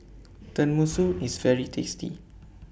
Tenmusu IS very tasty